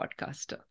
podcaster